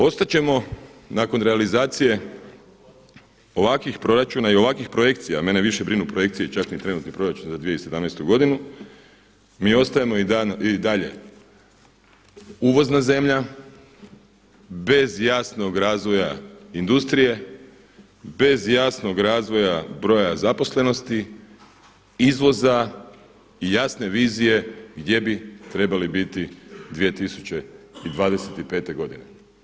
Ostat ćemo nakon realizacije ovakvih proračuna i ovakvih projekcija, mene više brinu projekcije, čak niti trenutni proračun za 2017. godinu, mi ostajemo i dalje uvozna zemlja, bez jasnog razvoja industrije, bez jasnog razvoja broja zaposlenosti, izvoza i jasne vizije gdje bi trebali biti 2025. godine.